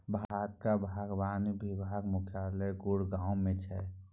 भारतक बागवानी विभाग मुख्यालय गुड़गॉव मे छै